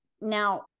Now